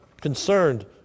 concerned